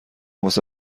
واسه